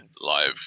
live